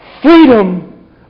Freedom